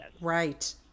Right